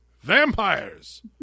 Vampires